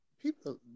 people